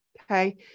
Okay